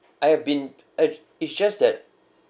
I have been eh it's just that